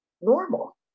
normal